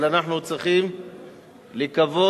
אבל אנחנו צריכים לקוות